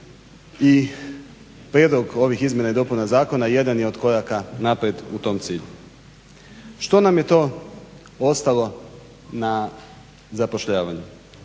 i prijedlog ovih izmjena i dopuna zakona jedan je od koraka naprijed u tom cilju. Što nam je to ostalo na zapošljavanju,